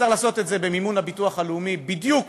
צריך לעשות את זה במימון הביטוח הלאומי, בדיוק